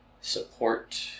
support